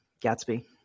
Gatsby